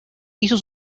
hizo